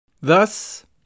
Thus